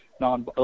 non